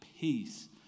peace